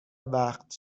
وقت